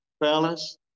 Fellas